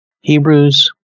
Hebrews